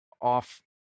off